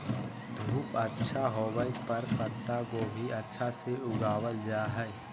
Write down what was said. धूप अच्छा होवय पर पत्ता गोभी अच्छा से उगावल जा हय